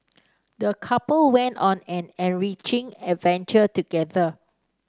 the couple went on an enriching adventure together